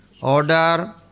order